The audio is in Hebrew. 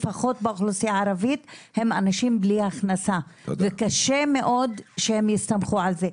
לפחות באוכלוסיה הערבית הם אנשים בלי הכנסה וקשה מאוד שהם יסתמכו על זה.